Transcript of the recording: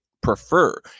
prefer